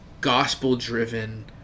gospel-driven